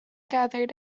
gathered